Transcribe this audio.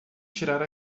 tirar